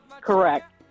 correct